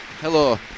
Hello